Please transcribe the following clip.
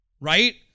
right